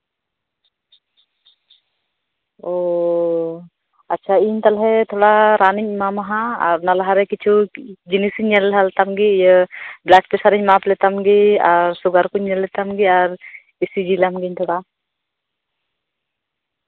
ᱚ ᱟᱪᱪᱷᱟ ᱤᱧ ᱛᱟᱞᱦᱮ ᱛᱷᱟᱲᱟ ᱨᱟᱱᱤᱧ ᱮᱢᱟᱢᱟ ᱦᱟᱸᱜ ᱟᱨ ᱚᱱᱟ ᱞᱟᱦᱟ ᱨᱮ ᱠᱤᱪᱷᱩ ᱡᱤᱱᱤᱥᱤᱧ ᱧᱮᱞ ᱞᱟᱦᱟ ᱞᱮᱛᱟᱢ ᱜᱮ ᱵᱞᱟᱰ ᱯᱨᱮᱥᱟᱨᱤᱧ ᱢᱟᱯ ᱞᱮᱛᱟᱢ ᱜᱮ ᱥᱩᱜᱟᱨ ᱠᱩᱧ ᱧᱮᱞ ᱞᱮᱛᱟᱢ ᱜᱮ ᱟᱨᱤᱧ ᱤ ᱥᱤ ᱡᱤ ᱞᱮᱢ ᱜᱤᱧ ᱛᱷᱚᱲᱟ